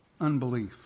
unbelief